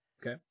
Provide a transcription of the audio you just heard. Okay